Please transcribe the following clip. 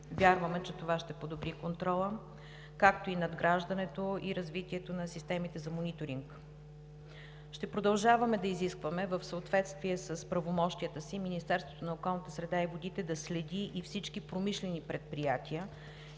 Вярваме, че това ще подобри контрола, както и надграждането и развитието на системите за мониторинг. Ще продължаваме да изискваме, в съответствие с правомощията си, Министерството на околната среда и водите да следи всички промишлени предприятия